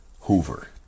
Hoover